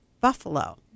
buffalo